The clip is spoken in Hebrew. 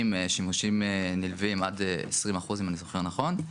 עם שימושים נלווים עד 20% אם אני זוכר נכון.